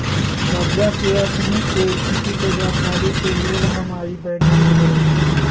करजा के अखनीके स्थिति के जानकारी के लेल हम आइ बैंक गेल रहि